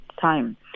time